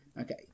Okay